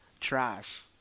trash